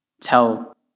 tell